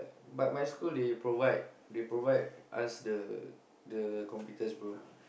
but my school they provide they provide us the the computers bro